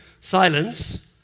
silence